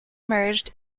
merged